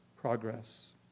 progress